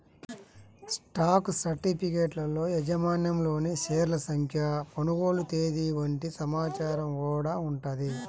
stock సర్టిఫికెట్లలో యాజమాన్యంలోని షేర్ల సంఖ్య, కొనుగోలు తేదీ వంటి సమాచారం గూడా ఉంటది